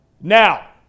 Now